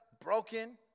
Broken